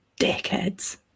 dickheads